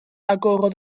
agorodd